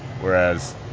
whereas